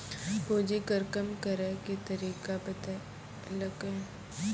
पूंजी कर कम करैय के तरीका बतैलकै